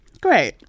Great